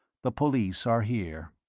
the police are here.